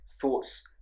thoughts